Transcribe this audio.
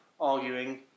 arguing